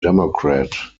democrat